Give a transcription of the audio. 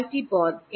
কয়টি পদ